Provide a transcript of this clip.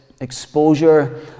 exposure